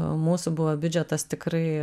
mūsų buvo biudžetas tikrai